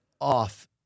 off